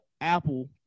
Apple